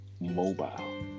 mobile